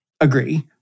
agree